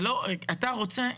אתה רוצה,